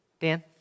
Dan